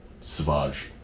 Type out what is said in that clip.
Savage